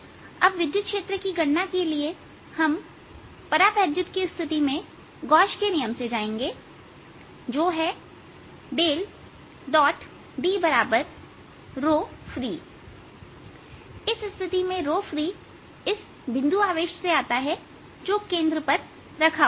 अब विद्युत क्षेत्र की गणना करने के लिए हम परावैद्युत की स्थिति में गोश के नियम से जाएंगे जो है∇ Dfreeइस स्थिति में free इस बिंदु आवेश से आता है जो केंद्र पर रखा हुआ है